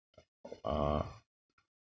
are